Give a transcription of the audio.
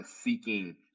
seeking